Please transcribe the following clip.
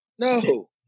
No